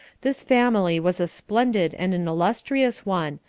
this family was a splendid and an illustrious one,